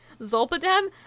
Zolpidem